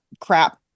crap